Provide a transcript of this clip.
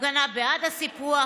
הפגנה בעד הסיפוח,